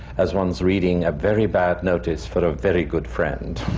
as one is reading a very bad notice for a very good friend.